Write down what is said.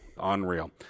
unreal